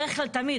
אוי ואבוי.